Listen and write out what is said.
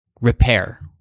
repair